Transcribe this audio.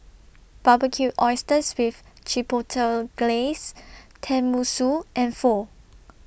Barbecued Oysters with Chipotle Glaze Tenmusu and Pho